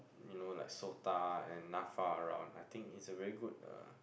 you know like Sota and Nafa around I think it's a very good uh